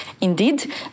indeed